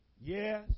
Yes